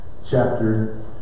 Chapter